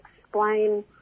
explain